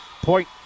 point